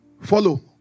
Follow